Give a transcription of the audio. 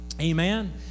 Amen